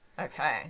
Okay